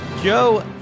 Joe